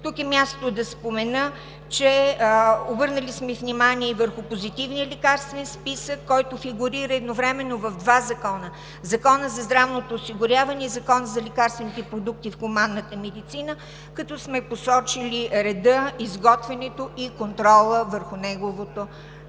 Тук е мястото да спомена, че сме обърнали внимание и върху Позитивния лекарствен списък, който фигурира едновременно в два закона – Закона за здравното осигуряване и Закона за лекарствените продукти в хуманната медицина, като сме посочили реда, изготвянето и контрола върху